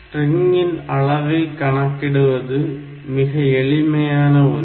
ஸ்ட்ரிங்கின் அளவை கணக்கிடுவது மிக எளிமையான ஒன்று